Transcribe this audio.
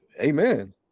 amen